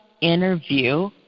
interview